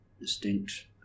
distinct